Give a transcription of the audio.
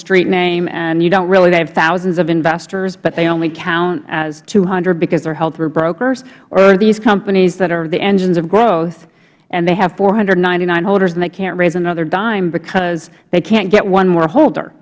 street name and you don't really have they have thousands of investors but they only count as two hundred because they're held through brokers or are these companies that are the engines of growth and they have four hundred and ninety nine holders and they can't raise another dime because they can't get one more holder